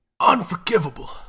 Unforgivable